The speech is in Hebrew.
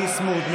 ביסמוט,